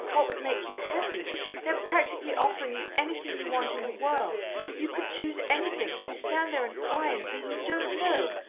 what would make you happy they are practically offering you anything you want in the world you could choose anything, and you stand there and cry and say you don't know!